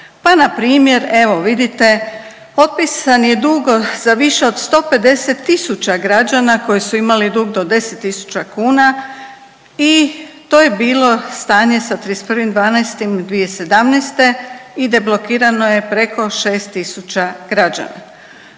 Pa npr. evo vidite otpisan je dug za više od 150 tisuća građana koji su imali dug do 10 tisuća kuna i to je bilo stanje sa 31.12.2017. i deblokirano je preko 6 tisuća građana.